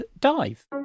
dive